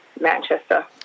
Manchester